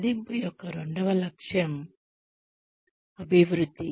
మదింపు యొక్క రెండవ లక్ష్యం అభివృద్ధి